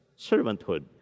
Servanthood